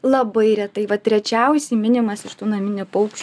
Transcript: labai retai vat rečiausiai minimas iš tų naminių paukščių